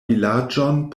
vilaĝon